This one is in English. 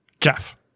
Jeff